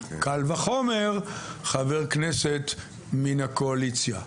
קל וחומר חבר כנסת מן הקואליציה.